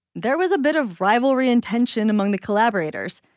there was a bit of rivalry in tension among the collaborators.